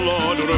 Lord